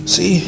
See